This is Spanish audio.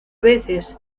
veces